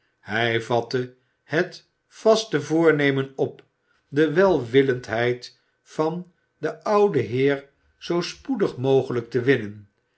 hij vatte het vaste voornemen op de welwillendheid van den ouden heer zoo spoedig mogelijk te winnen